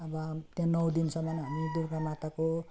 अब त्यहाँ नौ दिनसम्म हामी दुर्गा माताको